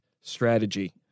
strategy